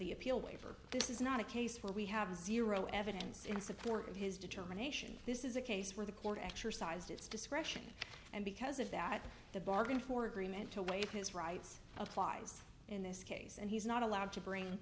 the appeal waiver this is not a case where we have zero evidence in support of his determination this is a case where the court exercised its discretion and because of that the bargain for agreement to waive his rights applies in this case and he's not allowed to bring